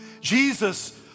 Jesus